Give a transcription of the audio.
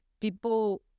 people